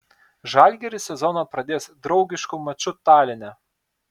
žalgiris sezoną pradės draugišku maču taline